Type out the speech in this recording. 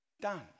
done